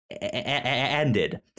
ended